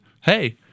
hey